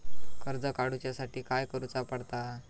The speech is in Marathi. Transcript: कर्ज काडूच्या साठी काय करुचा पडता?